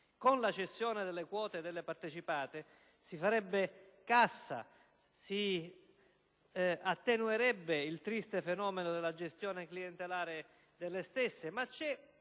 Con la cessione delle quote delle partecipate si farebbe cassa e si attenuerebbe il triste fenomeno della gestione clientelare delle stesse. Vi è